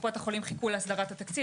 קופות החולים חיכו להסדרת התקציב,